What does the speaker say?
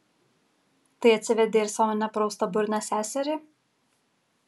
tai atsivedei ir savo nepraustaburnę seserį